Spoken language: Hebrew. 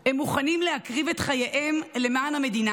הם מוכנים להקריב את חייהם למען המדינה,